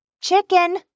Chicken